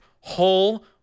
whole